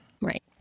right